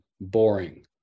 boring